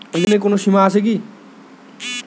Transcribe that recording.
লেনদেনের কোনো সীমা আছে কি?